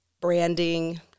branding